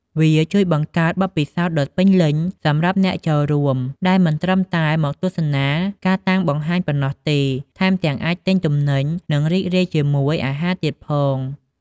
វាជួយបង្កើតបទពិសោធន៍ដ៏ពេញលេញសម្រាប់អ្នកចូលរួម ដែលមិនត្រឹមតែមកទស្សនាការតាំងបង្ហាញប៉ុណ្ណោះទេ ថែមទាំងអាចទិញទំនិញ និងរីករាយជាមួយអាហារទៀតផង។